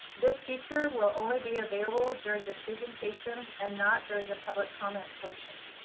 this feature will only be available during the presentation, and not during the public comment portion.